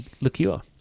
liqueur